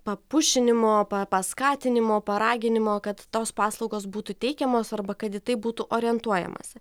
papušinimo paskatinimo paraginimo kad tos paslaugos būtų teikiamos arba kad į tai būtų orientuojamasi